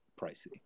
pricey